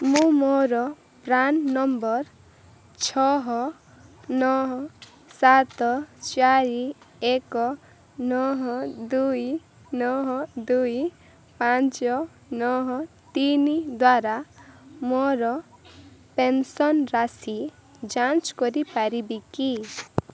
ମୁଁ ମୋର PRAN number ଛଅ ନଅ ସାତ ଚାରି ଏକ ନଅ ଦୁଇ ନଅ ଦୁଇ ପାଞ୍ଚ ନଅ ତିନି ଦ୍ଵାରା ମୋର ପେନ୍ସନ୍ ରାଶି ଯାଞ୍ଚ କରିପାରିବି କି